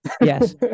Yes